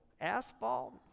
asphalt